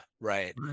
right